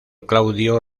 claudio